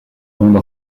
bande